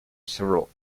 several